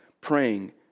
praying